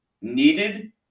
needed